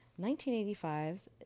1985's